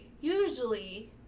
usually